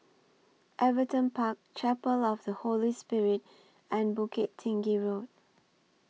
Everton Park Chapel of The Holy Spirit and Bukit Tinggi Road